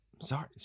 Sorry